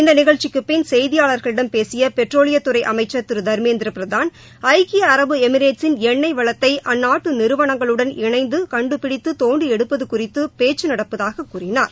இந்த நிகழ்ச்சிக்கு பின் செய்தியாளர்களிடம் பேசிய பெட்ரோலியத்துறை அமைச்சர் திரு தர்மேந்திர பிரதான் ஐக்கிய அரபு எமிரேட்ஸின் எண்ணெய் வளத்தை அந்தநாட்டு நிறுவனங்களுடன் இணைந்து கண்டுபிடித்து தோண்டி எடுப்பது குறித்து பேச்சு நடப்பதாக கூறினார்